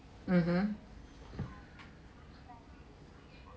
mmhmm